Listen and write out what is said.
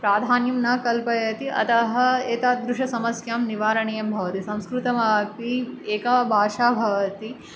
प्राधान्यं न कल्पयति अतः एतादृशसमस्यां निवारणीयं भवति संस्कृतमापि एका भाषा भवति